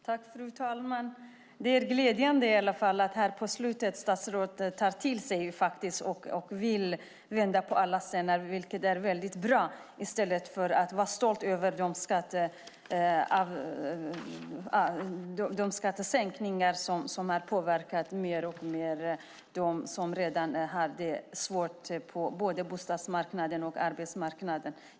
Fru talman! Det är glädjande att statsrådet på slutet tar till sig detta och vill vända på alla stenar, vilket är väldigt bra, i stället för att vara stolt över de skattesänkningar som alltmer påverkat dem som redan hade svårt på både bostadsmarknaden och arbetsmarknaden.